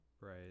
Right